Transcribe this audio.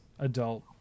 adult